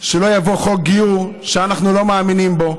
יבוא חוק גיור שאנחנו לא מאמינים בו,